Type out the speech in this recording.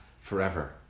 forever